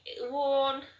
worn